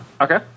Okay